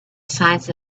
signs